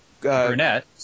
brunette